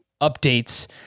updates